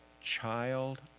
child